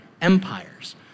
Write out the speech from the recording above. empires